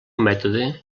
mètode